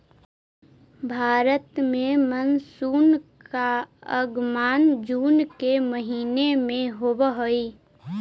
भारत में मानसून का आगमन जून के महीने में होव हई